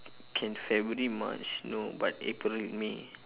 can february march no but april may